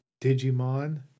Digimon